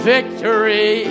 Victory